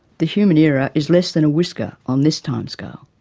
the human era is less than a whisker on this timescale,